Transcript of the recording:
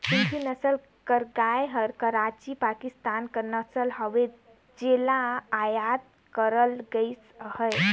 सिंघी नसल कर गाय हर कराची, पाकिस्तान कर नसल हवे जेला अयात करल गइस अहे